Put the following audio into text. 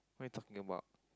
what you talking about